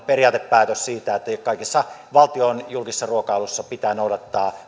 periaatepäätös siitä että kaikissa valtion julkisissa ruokahankinnoissa pitää noudattaa